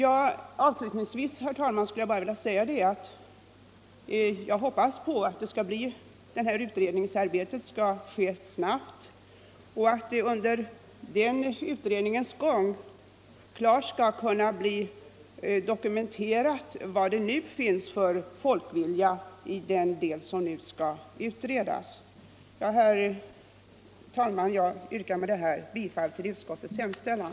Avslutningsvis, herr talman, vill jag bara säga att jag hoppas att den här utredningen skall bedrivas snabbt och att det under utredningens gång skall kunna bli klart dokumenterat vad det nu finns för folkvilja i den del av landet som utredningen avser. Herr talman! Jag yrkar med detta bifall till utskottets hemställan.